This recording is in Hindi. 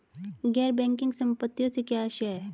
गैर बैंकिंग संपत्तियों से क्या आशय है?